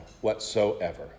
whatsoever